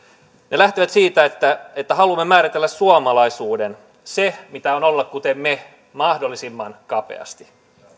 ne lähtevät siitä että että haluamme määritellä suomalaisuuden sen mitä on olla kuten me mahdollisimman kapeasti